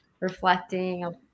reflecting